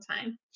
time